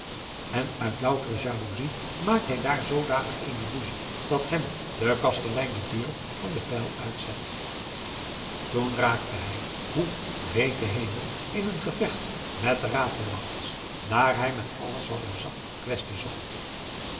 en uit loutere jaloezij maakt hij daar zoodanig eene rusie dat hem de kastelein de deur van den pyl uitzet toen raakte hij hoe weet de hemel in een gevecht met de ratelwachts daar hij met alles wat hem zag kwestie zocht